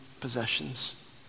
possessions